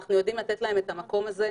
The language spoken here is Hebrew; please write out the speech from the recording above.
ואנחנו יודעים לתת להם את המקום הזה.